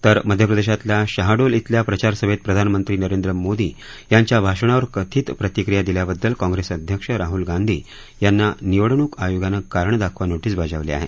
तर मध्यप्रदेशमधल्या शाहडोल खेल्या प्रचारसभेत प्रधानमंत्री नरेंद्र मोदी यांच्या भाषणावर कथित प्रतिक्रिया दिल्याबद्दल काँग्रेस अध्यक्ष राहूल गांधी यांना निवडणूक आयोगानं कारणे दाखवा नोटीस बजावली आहे